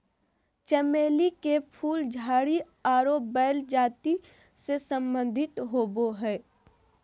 चमेली के फूल झाड़ी आरो बेल जाति से संबंधित होबो हइ